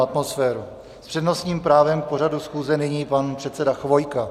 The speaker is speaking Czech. S přednostním právem k pořadu schůze nyní pan předseda Chvojka.